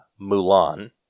Mulan